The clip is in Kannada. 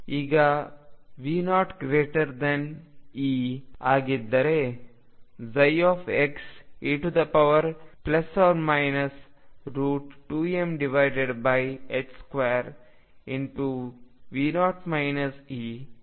ಈಗ V0E ಆಗಿದ್ದರೆ ψe2m2V0 Ex ರೂಪದಲ್ಲಿದೆ